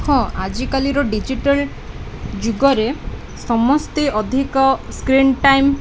ହଁ ଆଜିକାଲିର ଡିଜିଟାଲ୍ ଯୁଗରେ ସମସ୍ତେ ଅଧିକ ସ୍କ୍ରିନ୍ ଟାଇମ୍